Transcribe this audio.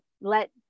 let